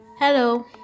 Hello